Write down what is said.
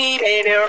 baby